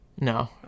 no